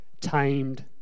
tamed